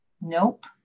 nope